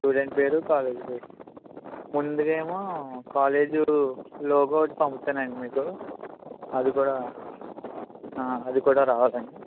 student పేరు college పేరు ముందుగా ఏమో కాలేజు లోగో ఒకటి పంపుతాను అండి మీకు అది కూడా అది కూడా రావాలండి